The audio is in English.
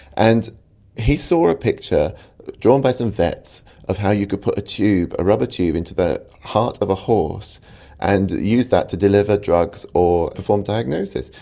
and he saw a picture drawn by some vets of how you could put a rubber tube into the heart of a horse and use that to deliver drugs or perform diagnosis.